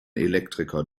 elektriker